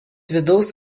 vidaus